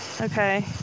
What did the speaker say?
Okay